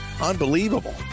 Unbelievable